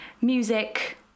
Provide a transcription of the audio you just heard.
music